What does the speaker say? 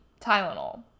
Tylenol